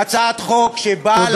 בהצעת חוק שבאה להגן,